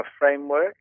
framework